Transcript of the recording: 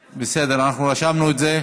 בסדר, אנחנו רשמנו את זה.